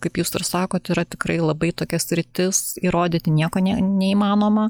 kaip jūs sakot yra tikrai labai tokias sritis įrodyti nieko nė neįmanoma